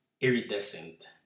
iridescent